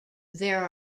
there